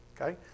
Okay